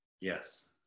Yes